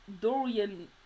Dorian